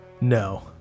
No